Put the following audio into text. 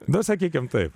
na sakykime taip